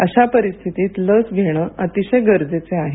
अशा परिस्थितीत लस घेण अतिशय गरजेच आहे